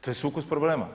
To je sukus problema.